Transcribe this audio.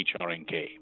HRNK